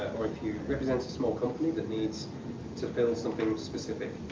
or if you represent a small company that needs to build something specific.